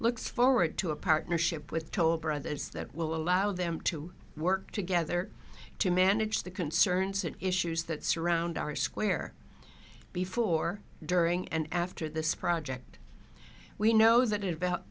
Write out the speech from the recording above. looks forward to a partnership with toll brothers that will allow them to work together to manage the concerns and issues that surround our square before during and after this project we know that i